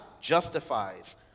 justifies